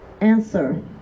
Answer